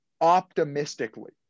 optimistically